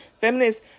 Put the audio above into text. feminists